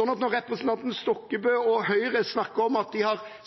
når representanten Stokkebø og Høyre snakker om at de